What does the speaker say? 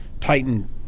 titan